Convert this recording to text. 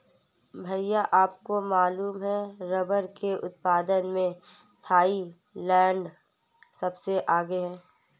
भैया आपको मालूम है रब्बर के उत्पादन में थाईलैंड सबसे आगे हैं